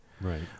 right